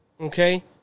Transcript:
Okay